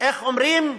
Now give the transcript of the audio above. איך אומרים,